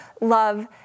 love